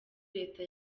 leta